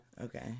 Okay